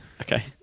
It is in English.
Okay